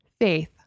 faith